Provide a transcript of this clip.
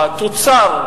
התוצר,